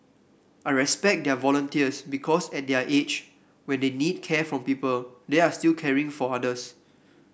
I respect their volunteers because at their age when they need care from people they are still caring for others